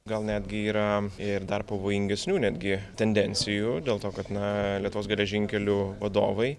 gal netgi yra ir dar pavojingesnių netgi tendencijų dėl to kad na lietuvos geležinkelių vadovai